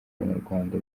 abanyarwanda